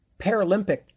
Paralympic